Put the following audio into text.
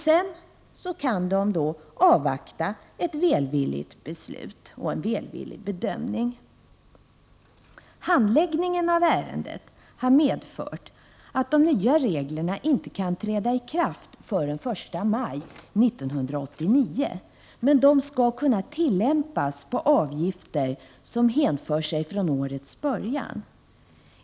Sedan har de att avvakta ett välvilligt beslut och en välvillig bedömning. Handläggningen av ärendet har medfört att de nya reglerna inte kan träda i kraft förrän den 1 maj 1989. Men reglerna skall kunna tillämpas när det gäller avgifter som kan hänföras till årets början.